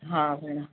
हा भेण